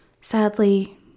Sadly